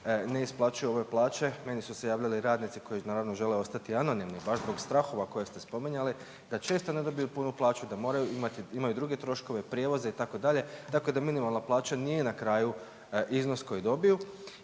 ne isplaćuju u ove plaće, meni su se javili radnici koji naravno žele ostati anonimni baš zbog strahova koje ste spominjali, da često ne dobiju punu plaću, da moraju imati, imaju druge troškove, prijevoze itd., tako da minimalna plaća nije na kraju iznos koji dobiju